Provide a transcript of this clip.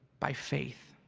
by faith.